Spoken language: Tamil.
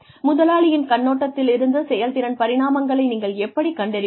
முதலாளியின் கண்ணோட்டத்திலிருந்து செயல்திறன் பரிமாணங்களை நீங்கள் எப்படிக் கண்டறிவீர்கள்